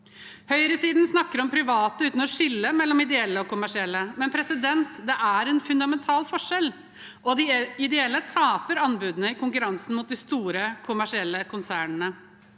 Høyresiden snakker om private uten å skille mellom ideelle og kommersielle, men det er en fundamental forskjell, og de ideelle taper anbudene i konkurransen mot de store kommersielle konsernene.